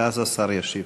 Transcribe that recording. ואז השר ישיב.